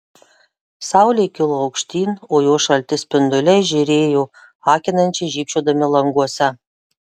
saulė kilo aukštyn o jos šalti spinduliai žėrėjo akinančiai žybčiodami languose